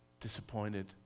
disappointed